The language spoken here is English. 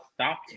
stop